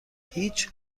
هیچ